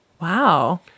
Wow